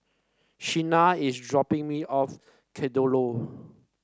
Shena is dropping me off Kadaloor